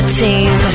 team